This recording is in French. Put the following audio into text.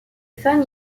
femmes